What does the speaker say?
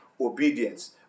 obedience